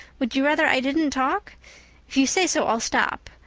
would you rather i didn't talk? if you say so i'll stop.